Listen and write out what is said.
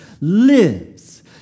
lives